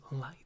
light